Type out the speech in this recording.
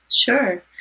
Sure